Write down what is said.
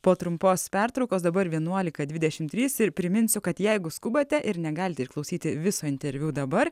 po trumpos pertraukos dabar vienuolika dvidešim trys ir priminsiu kad jeigu skubate ir negali išklausyti viso interviu dabar